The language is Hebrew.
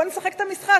בוא נשחק את המשחק.